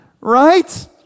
right